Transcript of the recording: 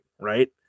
right